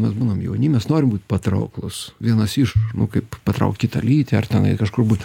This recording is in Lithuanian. mes būnam jauni mes norim būt patrauklūs vienas iš kaip patraukt kitą lytį ar tenai kažkur būt